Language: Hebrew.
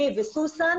אני וסוסן,